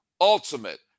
ultimate